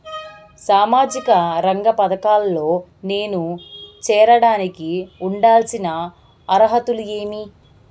సామాజిక రంగ పథకాల్లో నేను చేరడానికి ఉండాల్సిన అర్హతలు ఏమి?